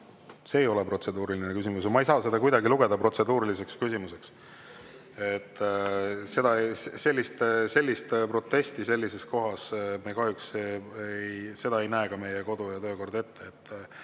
See ei ole protseduuriline küsimus ja ma ei saa seda kuidagi lugeda protseduuriliseks küsimuseks. Sellist protesti sellises kohas me kahjuks ei … Seda ei näe ka meie kodu‑ ja töökord ette.